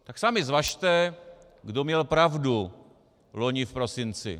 Tak sami zvažte, kdo měl pravdu loni v prosinci.